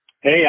Hey